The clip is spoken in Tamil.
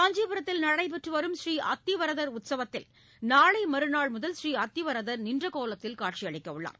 காஞ்சிபுரத்தில் நடைபெற்றுவரும் பூநீ அத்திவரதர் உத்சவத்தில் நாளை மறுநாள் முதல் பூநீ அத்திவரதர் நின்ற கோலத்தில் காட்சி அளிக்க உள்ளார்